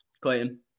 Clayton